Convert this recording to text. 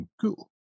cool